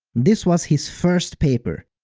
this was his first paper.